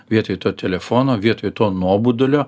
vietoj to telefono vietoj to nuobodulio